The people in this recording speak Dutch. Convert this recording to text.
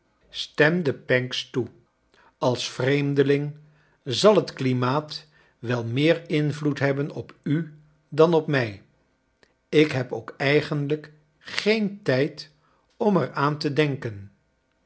stemde pancks toe als vreemdeiing zal het klimaat wel meer invloed hebben op u dan op mij ik heb ook eigenlijk geen tijd om er aan te denken